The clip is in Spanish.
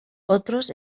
otros